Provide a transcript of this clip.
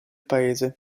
paese